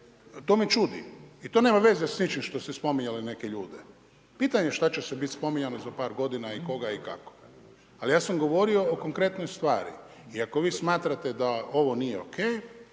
to me čudi i to nema veze s ničim što ste spominjali neke ljude. Pitanje je šta će sve biti spominjano za par godina i koga i kako. Ali ja sam govorio o korektnoj stvari. I ako vi smatrate da ovo nije ok,